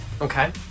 Okay